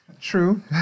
True